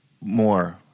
more